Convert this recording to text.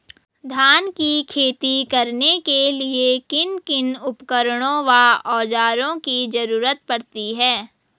धान की खेती करने के लिए किन किन उपकरणों व औज़ारों की जरूरत पड़ती है?